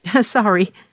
sorry